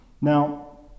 Now